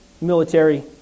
military